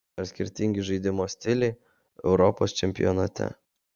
ar skirtingi žaidimo stiliai europos čempionate